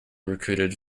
recruited